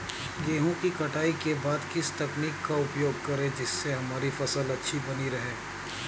गेहूँ की कटाई के बाद किस तकनीक का उपयोग करें जिससे हमारी फसल अच्छी बनी रहे?